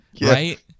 right